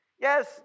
Yes